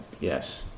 Yes